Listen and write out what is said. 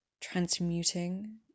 transmuting